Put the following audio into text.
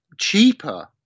cheaper